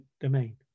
domain